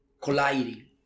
colliding